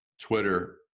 Twitter